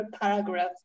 paragraph